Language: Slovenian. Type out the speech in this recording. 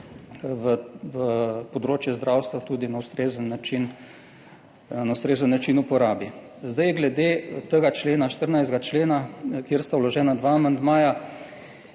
v področje zdravstva tudi na ustrezen način uporabi. Glede tega člena, 14. člena, kjer sta vložena dva amandmaja,